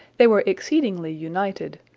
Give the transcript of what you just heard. they were exceedingly united,